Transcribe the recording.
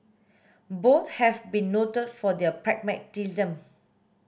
both have been noted for their pragmatism